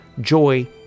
joy